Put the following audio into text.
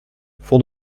fond